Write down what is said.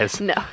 no